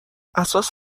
اساس